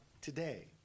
today